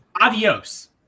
adios